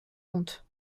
comte